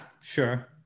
sure